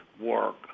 work